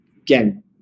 Again